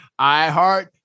iHeart